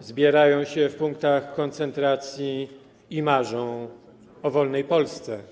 zbierają się w punktach koncentracji i marzą o wolnej Polsce.